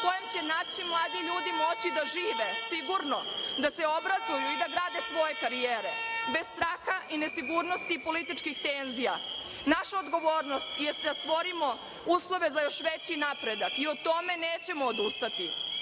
kojem će naši mladi ljudi moći da žive sigurno, da se obrazuju i da grade svoje karijere, bez straha, nesigurnosti i političkih tenzija. Naša odgovornost je da stvorimo uslove za još veći napredak i u tome nećemo odustati.